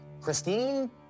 Christine